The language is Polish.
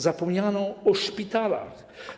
Zapomniano o szpitalach.